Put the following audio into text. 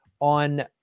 on